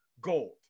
gold